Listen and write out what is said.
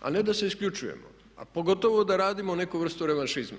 a ne da se isključujemo. A pogotovo da radimo neku vrstu revanšizma.